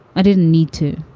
i didn't need to,